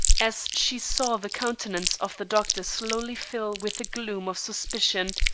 as she saw the countenance of the doctor slowly fill with the gloom of suspicion,